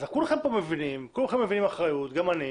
אז כולכם כאן מבינים, גם אני,